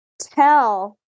tell